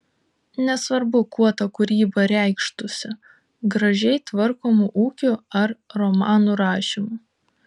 nesvarbu kuo ta kūryba reikštųsi gražiai tvarkomu ūkiu ar romanų rašymu